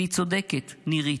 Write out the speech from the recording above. והיא צודקת, נירית,